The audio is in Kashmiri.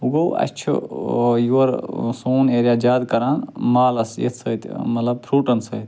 وۄنۍ گوٚو اسہِ چھُ ٲں یورٕ ٲں سون ایرِیا زیٛادٕ کران مالَس یَتھ سۭتۍ ٲں مطلب فرٛوٗٹَن سۭتۍ